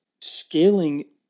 scaling